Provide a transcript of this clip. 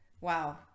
Wow